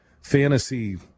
fantasy